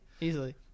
easily